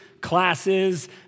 classes